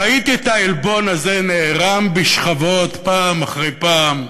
ראיתי את העלבון הזה נערם בשכבות פעם אחרי פעם,